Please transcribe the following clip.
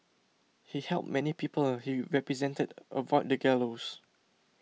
he helped many people he represented avoid the gallows